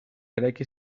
eraiki